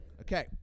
Okay